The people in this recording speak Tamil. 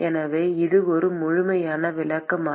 எனவே இது ஒரு முழுமையான விளக்கமா